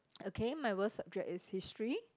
okay my worst subject is History